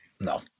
no